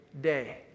day